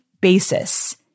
basis